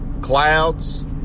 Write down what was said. clouds